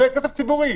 זה כסף ציבורי.